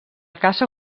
caça